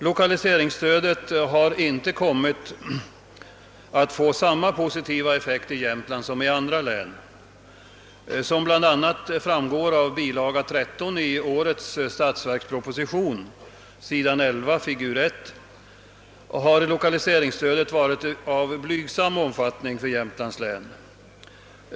Lokaliseringsstödet har inte kommit att få samma positiva effekt där som i andra län. Som bl.a. framgår av bilaga 13 i årets statsverksproposition,s. 11 fig. 1, har lokaliseringsstödet varit av blygsam omfattning för Jämtlands län.